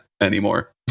anymore